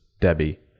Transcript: debbie